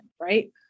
right